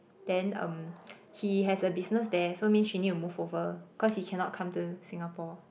then um he has a business there so means she needs to move over cause he cannot come to Singapore